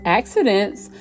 accidents